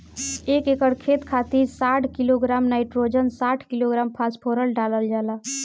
एक एकड़ खेत खातिर साठ किलोग्राम नाइट्रोजन साठ किलोग्राम फास्फोरस डालल जाला?